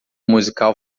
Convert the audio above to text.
musical